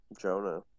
Jonah